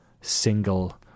single